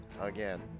again